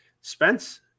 Spence